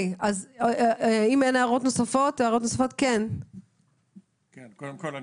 אם אין הערות נוספות --- קודם כול,